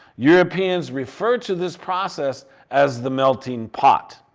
europeans refer to this process as the melting pot